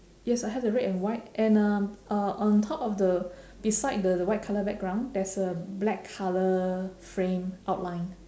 yes I have the red and white and um uh on top of the beside the white colour background there's a black colour frame outline